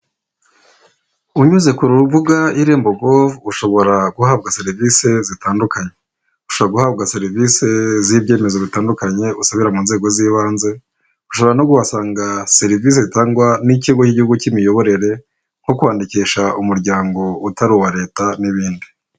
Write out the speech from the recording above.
Unyuze ku rubuga irembo govu ushobora guhabwa serivise zitandukanye, ushobora guhabwa serivise z'ibyemezo bitandukanye usabira mu nzego z'ibanze, ushobora no kuhasanga serivise zitangwa n'ikigo cy'igihugu cy'imiyoborere nko kwandikisha umuryango utari uwa leta n'ibindi.